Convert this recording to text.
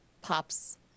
pops